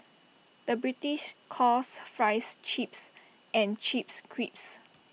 the British calls Fries Chips and Chips Crisps